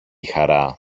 χαρά